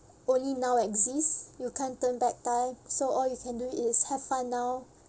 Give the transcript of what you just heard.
only now exists you can't turn back time so all you can do is have fun now